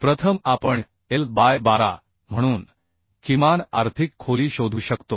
प्रथम आपण L by 12 म्हणून किमान आर्थिक खोली शोधू शकतो